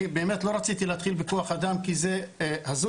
אני באמת לא רציתי להתחיל בכוח אדם כי זה הזוי